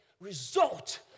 result